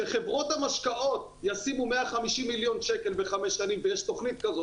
שחברות המשקאות ישימו 150 מיליון שקלים בחמש שנים - ויש תוכנית כזאת,